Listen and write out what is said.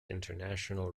international